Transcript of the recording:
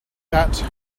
that